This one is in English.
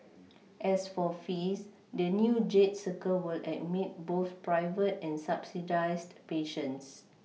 as for fees the new Jade circle will admit both private and subsidised patients